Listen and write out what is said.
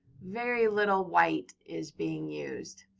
very little white is being used.